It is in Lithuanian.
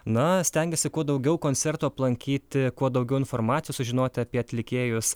na stengiasi kuo daugiau koncertų aplankyti kuo daugiau informacijos sužinoti apie atlikėjus